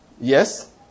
Yes